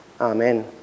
Amen